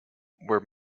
where